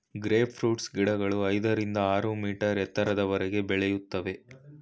grape fruits ಗಿಡಗಳು ಐದರಿಂದ ಆರು ಮೀಟರ್ ಎತ್ತರದವರೆಗೆ ಬೆಳೆಯುತ್ತವೆ